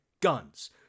guns